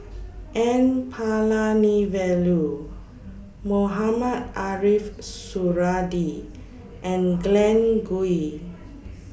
N Palanivelu Mohamed Ariff Suradi and Glen Goei